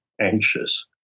anxious